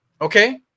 Okay